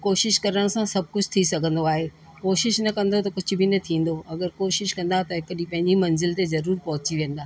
उहो कोशिश करण सां सभु कुझु थी सघंदो आहे कोशिश न कंदो त कुझु बि न थींदो अगरि कोशिश कंदा त हिकु ॾींहुं पंहिंजी मंज़िल ते ज़रूरु पहुची वेंदा